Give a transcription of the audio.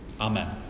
Amen